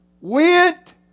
went